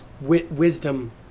wisdom